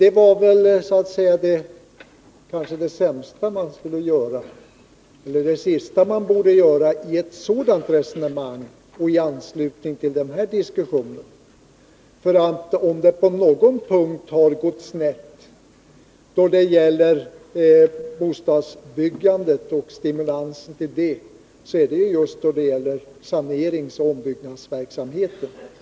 Det är nog det sista man bör göra i ett sådant resonemang och i anslutning till de här diskussionerna, för om det på någon punkt har gått snett i bostadsbyggandet och stimulansen till det, så är det just i saneringsoch ombyggnadsverksamheten.